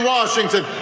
Washington